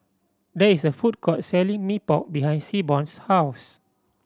there is a food court selling Mee Pok behind Seaborn's house